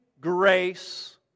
grace